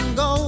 go